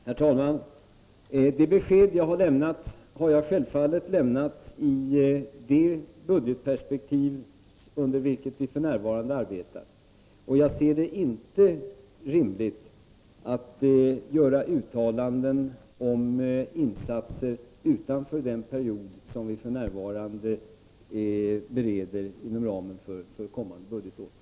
Herr talman! Det besked jag har lämnat har jag självfallet lämnat i det budgetperspektiv under vilket vi f. n. arbetar. Jag anser det inte rimligt att göra uttalanden om insatser utanför den period som vi f. n. bereder inom ramen för kommande budgetår.